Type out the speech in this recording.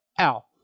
Ow